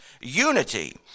unity